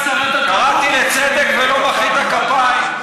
קראתי לצדק ולא מחאת כפיים.